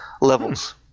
levels